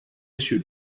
issued